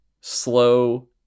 slow